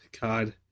god